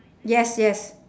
yes yes